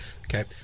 Okay